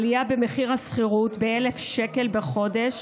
עלייה במחיר השכירות ב-1,000 שקל בחודש